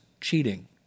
cheating